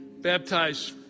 baptize